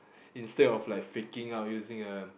instead of faking out using a